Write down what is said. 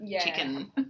chicken